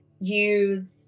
use